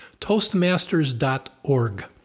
Toastmasters.org